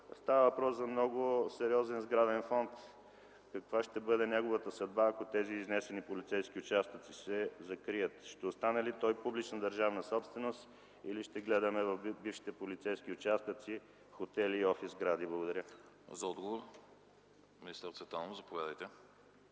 става въпрос за много сериозен сграден фонд. Каква ще бъде неговата съдба, ако тези изнесени полицейски участъци се закрият? Ще остане ли той публична държавна собственост, или ще гледаме в бившите полицейски участъци хотели и офис сгради? Благодаря. ПРЕДСЕДАТЕЛ АНАСТАС АНАСТАСОВ: Заповядайте